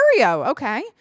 Okay